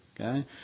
okay